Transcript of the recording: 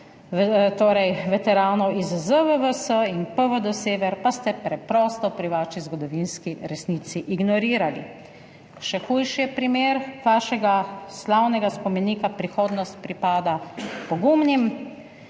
80 % veteranov iz ZVVS in PVD Sever pa ste preprosto pri svoji zgodovinski resnici ignorirali. Še hujši je primer vašega slavnega spomenika Prihodnost pripada pogumnim,